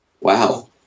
wow